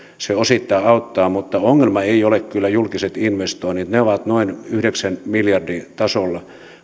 se osittain auttaa mutta ongelma eivät ole kyllä julkiset investoinnit ne ovat noin yhdeksän miljardin tasolla